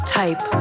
type